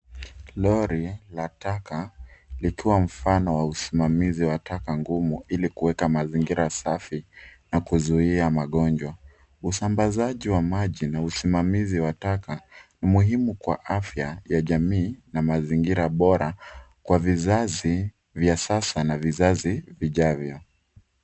Lori la taka likiwa mfano wa usimamizi wa taka ngumu ili kuweka mazingira safi na kuzuia magonjwa, usambazaji wa maji na usimamizi wa taka ni muhimu kwa afya ya jamii na mazingira bora kwa vizazi vya sasa na vizazi vijavyo.